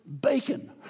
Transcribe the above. bacon